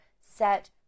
set